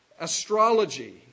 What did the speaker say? astrology